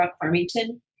Farmington